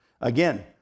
Again